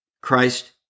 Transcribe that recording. Christ